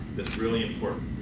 that's really important.